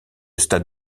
stade